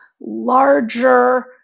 larger